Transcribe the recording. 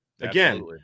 again